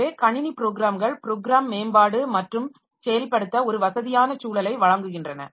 எனவே கணினி ப்ரோக்ராம்கள் ப்ரோக்ராம் மேம்பாடு மற்றும் செயல்படுத்த ஒரு வசதியான சூழலை வழங்குகின்றன